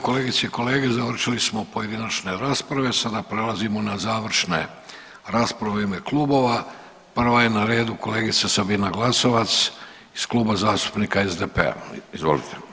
Evo kolegice i kolege završili smo pojedinačne rasprave, sada prelazimo na završne rasprave u ime klubova, prva je na redu kolegica Sabina Glasovac iz Kluba zastupnika SDP-a, izvolite.